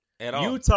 Utah